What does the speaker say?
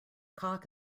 cock